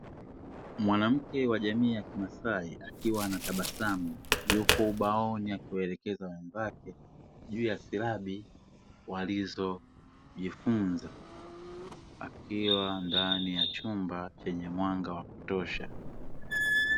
Mwanamke wa jamii ya kimasai akiwa anatabasamu yupo ubaoni akielekeza wenzake juu ya silabi walizojifunza, akiwa ndani ya chumba chenye mwanga wa kutosha.